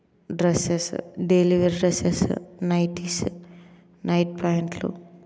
dresses daily wear dresses nighties night ప్యాంట్లు